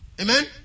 Amen